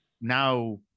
now